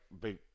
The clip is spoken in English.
big